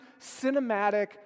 cinematic